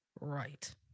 right